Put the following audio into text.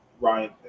ryan